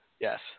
Yes